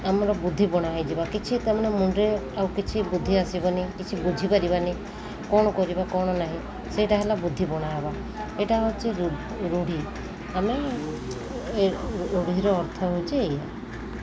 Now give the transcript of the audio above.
ଆମର ବୁଦ୍ଧିବଣା ହୋଇଯିବା କିଛି ତା'ମାନେ ମୁଣ୍ଡରେ ଆଉ କିଛି ବୁଦ୍ଧି ଆସିବନି କିଛି ବୁଝିପାରିବାନି କ'ଣ କରିବା କ'ଣ ନାହିଁ ସେଇଟା ହେଲା ବୁଦ୍ଧିବଣା ହେବା ଏଇଟା ହେଉଛି ରୂଢି ଆମେ ଏ ରୂଢିର ଅର୍ଥ ହେଉଛି ଏଇଆ